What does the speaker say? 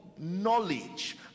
knowledge